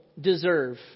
deserve